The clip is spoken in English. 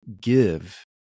give